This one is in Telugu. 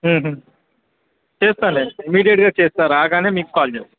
చేస్తాలే ఇమీడియట్గా చేస్తాను రాగానే మీకు కాల్ చేస్తాను